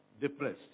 depressed